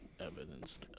Evidence